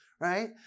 right